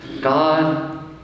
God